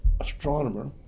astronomer